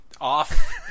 off